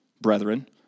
brethren